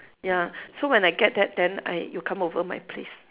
ya so when I get that then I you come over my place